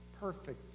perfect